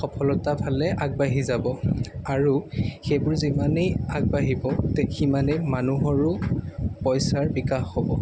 সফলতাৰফালে আগবাঢ়ি যাব আৰু সেইবোৰ যিমানেই আগবাঢ়িব থিক সিমানেই মানুহৰো পইচাৰ বিকাশ হ'ব